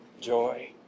Joy